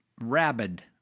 rabid